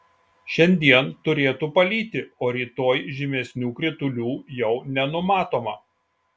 šiandien turėtų palyti o rytoj žymesnių kritulių jau nenumatoma